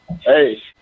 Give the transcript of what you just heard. hey